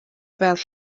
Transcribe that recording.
fel